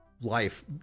life